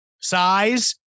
size